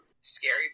scary